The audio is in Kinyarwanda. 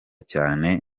cyane